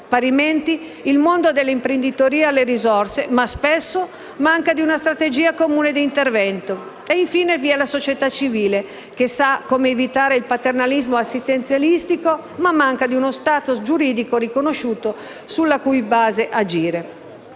Parimenti, il mondo dell'imprenditoria ha le risorse, ma spesso manca di una strategia comune di intervento. Infine, vi è la società civile, che sa come evitare il paternalismo assistenzialistico, ma manca di uno *status* giuridico riconosciuto, sulla cui base agire.